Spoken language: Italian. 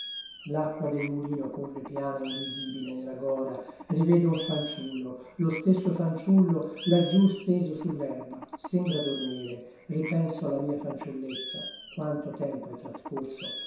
l'acqua del mulino corre piana e invisibile nella gora rivedo un fanciullo lo stesso fanciullo laggiù steso sull'erba sembra dormire ripenso alla mia fanciullezza quanto tempo è trascorso